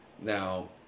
Now